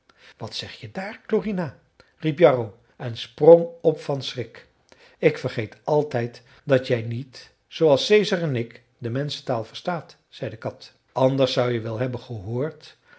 wat zeg je daar klorina riep jarro en sprong op van schrik ik vergeet altijd dat jij niet zooals caesar en ik de menschentaal verstaat zei de kat anders zou je wel hebben gehoord